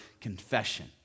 confession